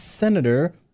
Senator